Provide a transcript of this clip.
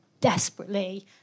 desperately